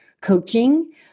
coaching